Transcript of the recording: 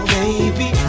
baby